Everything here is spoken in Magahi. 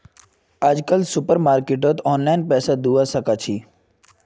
आजकल सुपरमार्केटत ऑनलाइन पैसा दिबा साकाछि